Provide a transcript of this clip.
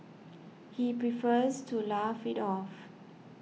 he prefers to laugh it off